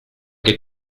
che